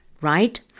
right